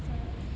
right